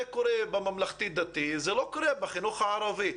זה קורה בממלכתי דתי, זה לא קורה בחינוך הערבי.